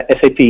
SAP